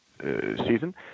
season